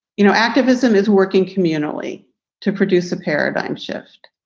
you know, activism is working communally to produce a paradigm shift.